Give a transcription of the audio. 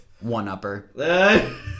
One-upper